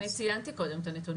ציינתי קודם את הנתונים.